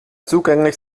zugänglich